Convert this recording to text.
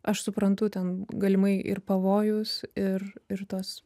aš suprantu ten galimai ir pavojus ir ir tuos